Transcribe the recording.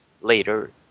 later